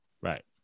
Right